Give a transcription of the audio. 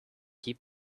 keep